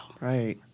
Right